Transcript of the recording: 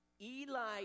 Eli